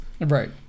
Right